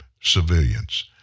civilians